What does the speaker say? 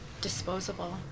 disposable